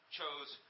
chose